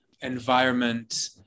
environment